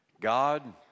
God